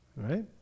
Right